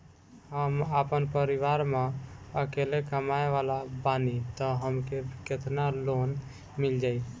हम आपन परिवार म अकेले कमाए वाला बानीं त हमके केतना लोन मिल जाई?